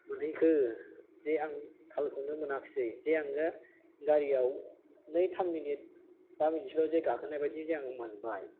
मोनहैखो जे आं थालखौनो मोनाखिसै जे आङो गारियाव नै थाम मिनिट बा मिनिटसोल' गाखोनाय बायदिसो आं मोनबाय